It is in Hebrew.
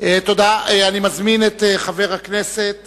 אני מזמין את חבר הכנסת